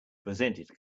presented